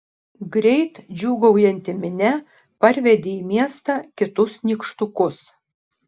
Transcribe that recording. greit džiūgaujanti minia parvedė į miestą kitus nykštukus